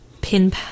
pin